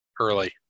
early